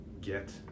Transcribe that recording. get